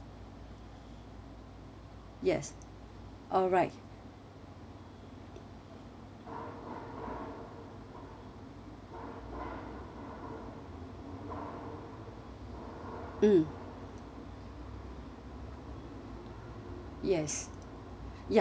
yes alright mm yes ya